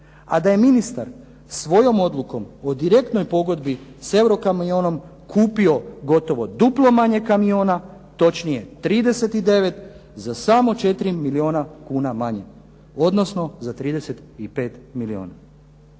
a da je ministar svojom odlukom o direktnoj pogodbi s "Eurokamionom" kupio gotovo duplo manje kamiona, točnije 39, za samo 4 milijuna kuna manje, odnosno za 35 milijuna.